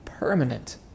permanent